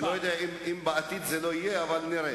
אני לא יודע אם בעתיד זה לא יהיה, אבל נראה.